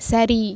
சரி